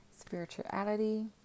spirituality